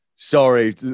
Sorry